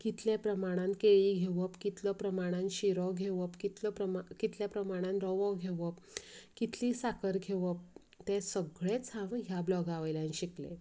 कितले प्रमाणांत केळीं घेवप कितलो प्रमाणांत शिरो घेवप कितलो प्रमाण कितल्या प्रमाणांत रवो घेवप कितली साखर घेवप तें सगळेंच हांव ह्या ब्लाॅगा वयल्यान शिकलें